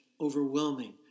overwhelming